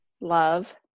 Love